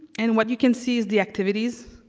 and what you can see is the activities.